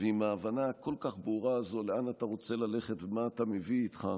ועם ההבנה הכל-כך ברורה הזו לאן אתה רוצה ללכת ומה אתה מביא איתך,